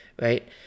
right